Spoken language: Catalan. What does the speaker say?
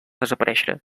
desaparèixer